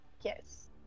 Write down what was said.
yes